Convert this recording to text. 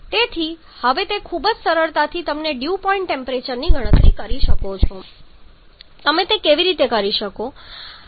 તેથી હવે તે ખૂબ જ સરળતાથી તમે ડ્યૂ બિંદુ ટેમ્પરેચરની ગણતરી કરી શકો છો તમે તે કેવી રીતે કરી શકો છો